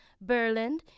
Berlin